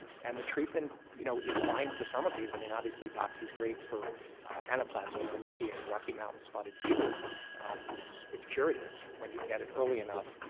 and the treatment, you know, is fine for some of these. i mean obviously doxy's great for anaplasma ehrlichia and rocky mountain spotted fever tick. it's curative when you get it early enough,